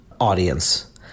audience